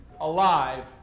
alive